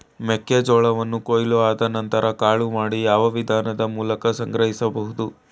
ಮೆಕ್ಕೆ ಜೋಳವನ್ನು ಕೊಯ್ಲು ಆದ ನಂತರ ಕಾಳು ಮಾಡಿ ಯಾವ ವಿಧಾನದ ಮೂಲಕ ಸಂಗ್ರಹಿಸಬಹುದು?